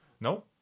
No